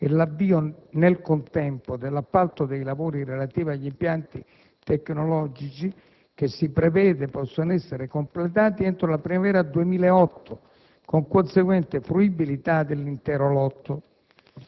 e l'avvio, nel contempo, dell'appalto dei lavori relativi agli impianti tecnologici che si prevede possano essere completati entro la primavera 2008, con conseguente fruibilità dell'intero lotto.